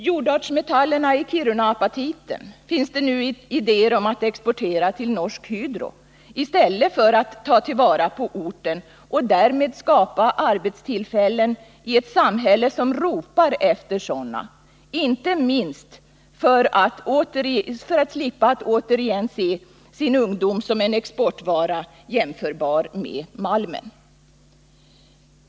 Jordartsmetallerna i Kiruna-apatiten finns det nu idéer om att exportera till Norsk Hydro i stället för att ta till vara på orten och därmed skapa arbetstillfällen i ett samhälle som ropar efter sådana, inte minst för att slippa att återigen se sin ungdom som en exportvara jämförbar med malmen.